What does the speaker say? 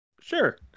Sure